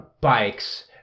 bikes